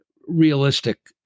realistic